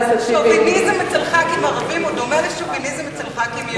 שוביניזם אצל ח"כים ערבים דומה לשוביניזם אצל ח"כים יהודים.